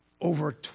over